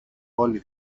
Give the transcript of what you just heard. όλοι